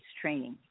training